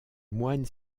moines